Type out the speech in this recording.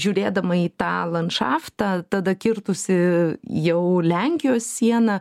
žiūrėdama į tą landšaftą tada kirtusi jau lenkijos sieną